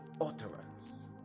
utterance